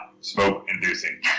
smoke-inducing